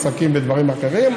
עסקים ודברים אחרים.